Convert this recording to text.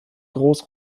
groß